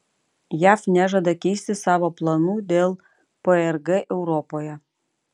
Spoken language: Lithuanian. jav nežada keisti savo planų dėl prg europoje